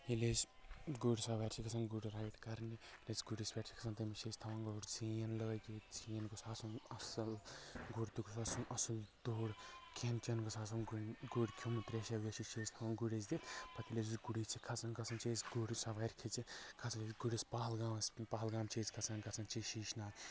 ییٚلہِ أسۍ گُرۍ سوارِ چھِ گژھان گُرۍ رایڈ کرنہِ ییٚلہِ أسۍ گُرِس پٮ۪ٹھ چھِ کھسان تٔمِس چھِ أسۍ تھوان گۄڈٕ زیٖن لٲگِتھ زیٖن گوٚس آسُن اصل گُر تہِ گوٚس آسُن اصل دوٚر کھیٚن چیٚن گوٚس آسُن گُرۍ کھیٚومُت تریشا ویشا چھِ أسۍ تھاوان گُرِس دِتھ پتہٕ ییٚلہِ أسۍ گُرِس چھِ کھسان گژھان چھِ أسۍ گُرۍ سوارِ کھسِتھ کھسان چھِ أسۍ گُرِس پہلگامس پہلگام چھِ أسۍ کھسان گژھان چھِ شیٖش ناگ